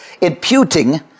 imputing